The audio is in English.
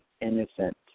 innocent